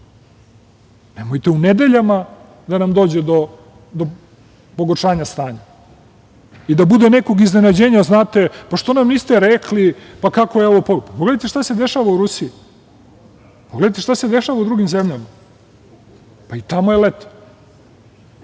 nemojte u nedeljama da nam dođe do pogoršanja stanja i da bude nekog iznenađenja – znate, pa što nam niste rekli. Pogledajte šta se dešava u Rusiji. Pogledajte šta se dešava u drugim zemljama. I tamo je leto.